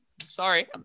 Sorry